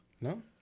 No